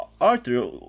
Arthur